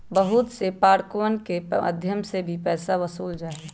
बहुत से पार्कवन के मध्यम से भी पैसा वसूल्ल जाहई